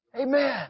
Amen